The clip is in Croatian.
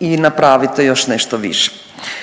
i napravite još nešto više.